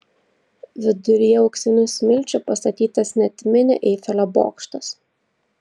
viduryje auksinių smilčių pastatytas net mini eifelio bokštas